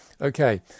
Okay